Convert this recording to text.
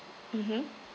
mmhmm